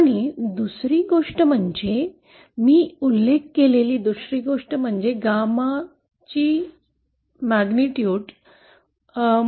आणि दुसरी गोष्ट म्हणजे मी उल्लेख केलेली दुसरी गोष्ट म्हणजे या 𝜞 ची विशालता